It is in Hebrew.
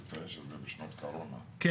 לציין שזה בשנת קורונה,